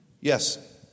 Yes